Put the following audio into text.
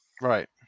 Right